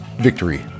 victory